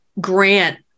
grant